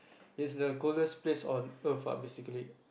it's the coldest place on earth ah basically